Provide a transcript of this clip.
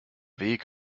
weg